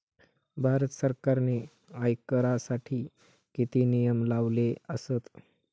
भारत सरकारने आयकरासाठी किती नियम लावले आसत?